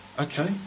Okay